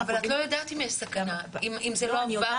אבל לא יודעת אם יש סכנה, אם זה לא הועבר.